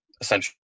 essentially